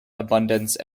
abundance